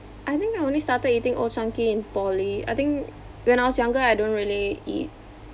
I think I only started eating Old Chang Kee in poly I think when I was younger I don't really eat